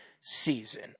season